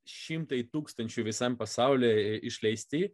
šimtai tūkstančių visam pasauly išleisti